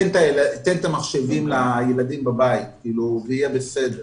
תן את המחשבים לילדים בבית, זה יהיה בסדר.